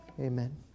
Amen